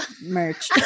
merch